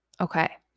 Okay